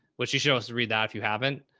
which he showed us to read that if you haven't.